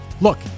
look